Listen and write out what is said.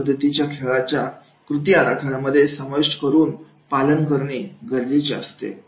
अशा पद्धती खेळाच्या कृती आराखड्यामध्ये समाविष्ट करून पालन करणे गरजेचे असते